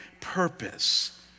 purpose